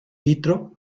vitro